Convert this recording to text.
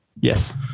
Yes